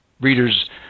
readers